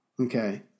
okay